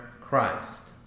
Christ